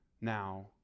now